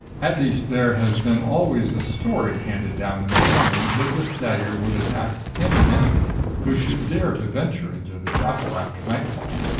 at least, there has been always a story handed down in the family that this dagger would attack any enemy who should dare to venture into the chapel, after nightfall.